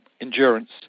endurance